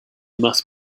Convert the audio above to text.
must